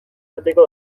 arteko